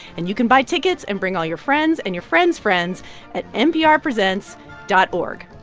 and you can buy tickets and bring all your friends and your friends' friends at nprpresents dot org.